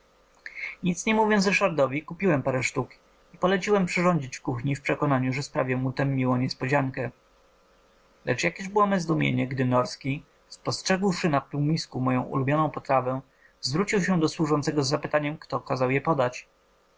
nic nie mówiąc ryszardowi kupiłem parę sztuk i poleciłem przyrządzić w kuchni w przekonaniu że sprawię mu tem miłą niespodziankę lecz jakież było me zdumienie gdy norski spostrzegłszy na półmisku moją ulubioną potrawę zwrócił się do służącego z zapytaniem kto kazał ją podać